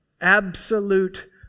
absolute